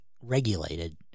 regulated